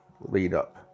lead-up